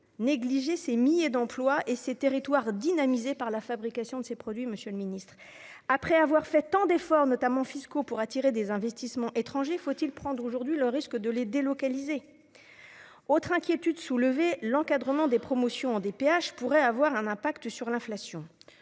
négliger ces milliers d'emplois et ces territoires dynamisés par la fabrication de ces produits, monsieur le ministre ? Après avoir fait tant d'efforts, notamment fiscaux, pour attirer des investissements étrangers, faut-il prendre le risque des délocalisations ? Autre inquiétude soulevée, l'encadrement des promotions sur les DPH pourrait avoir un impact sur l'inflation.